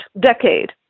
decade